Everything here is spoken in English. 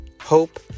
hope